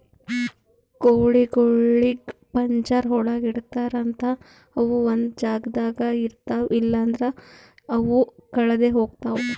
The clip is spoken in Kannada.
ಕೋಳಿಗೊಳಿಗ್ ಪಂಜರ ಒಳಗ್ ಇಡ್ತಾರ್ ಅಂತ ಅವು ಒಂದೆ ಜಾಗದಾಗ ಇರ್ತಾವ ಇಲ್ಲಂದ್ರ ಅವು ಕಳದೆ ಹೋಗ್ತಾವ